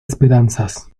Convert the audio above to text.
esperanzas